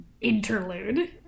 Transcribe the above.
interlude